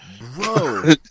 Bro